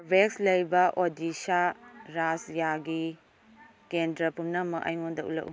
ꯀꯣꯔꯕꯦꯛꯁ ꯂꯩꯕ ꯑꯣꯗꯤꯁꯥ ꯔꯥꯖ꯭ꯌꯥꯒꯤ ꯀꯦꯟꯗ꯭ꯔꯥ ꯄꯨꯝꯅꯃꯛ ꯑꯩꯉꯣꯟꯗ ꯎꯠꯂꯛꯎ